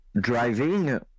driving